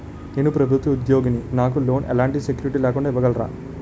నేను ప్రభుత్వ ఉద్యోగిని, నాకు లోన్ ఎలాంటి సెక్యూరిటీ లేకుండా ఇవ్వగలరా?